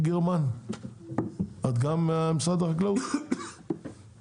במסגרת התיקון אנחנו משנים בחוק שני סעיפים.